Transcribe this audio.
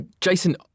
Jason